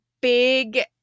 big